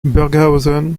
burghausen